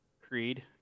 Creed